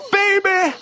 baby